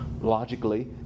logically